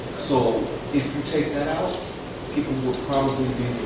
so if you take that out people will probably be